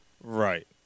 Right